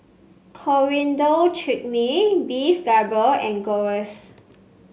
Coriander Chutney Beef Galbi and Gyros